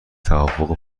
توافق